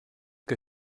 que